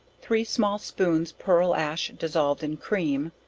three small spoons pearl ash dissolved in cream,